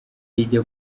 rijya